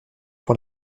pour